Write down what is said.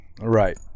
Right